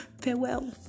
Farewell